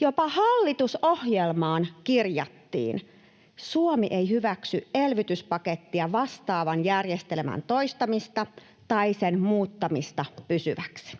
Jopa hallitusohjelmaan kirjattiin, että Suomi ei hyväksy elvytyspakettia vastaavan järjestelmän toistamista tai sen muuttamista pysyväksi.